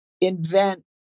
invent